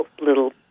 little